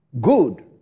good